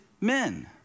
men